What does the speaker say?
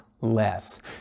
less